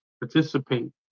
participate